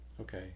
okay